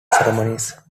ceremonies